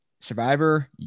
Survivor